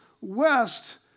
west